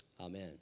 Amen